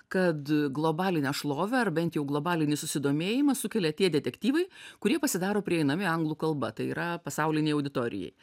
kad globalinę šlovę ar bent jau globalinį susidomėjimą sukelia tie detektyvai kurie pasidaro prieinami anglų kalba tai yra pasaulinei auditorijai